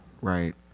Right